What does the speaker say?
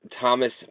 Thomas